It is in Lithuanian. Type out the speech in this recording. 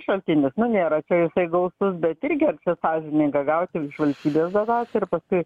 nu nėra jisai visai gausus bet irgi nesąžininga gauti iš valstybės dotaciją ir paskui